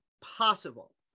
possible